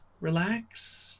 relax